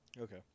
okay